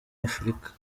afurika